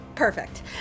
Perfect